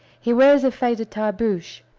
he wears a faded tarbooshe,